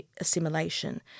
assimilation